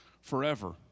forever